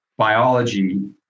biology